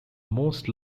most